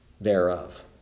thereof